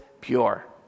pure